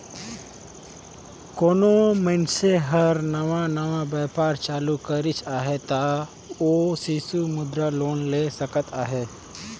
कोनो मइनसे हर नावा नावा बयपार चालू करिस अहे ता ओ सिसु मुद्रा लोन ले सकत अहे